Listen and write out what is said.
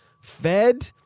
fed